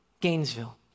Gainesville